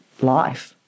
life